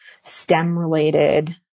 STEM-related